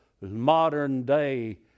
modern-day